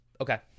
okay